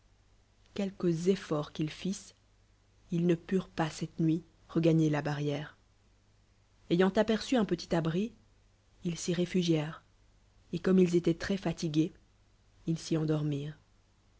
quelques efforts qu'ils fissent ils ne purent pas cette nuit regagncr la barrière ayant apcrçu un petit abri il s'y refugièrenl et comme ils étoient trcs fa ligués ils s'y endormi